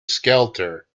skelter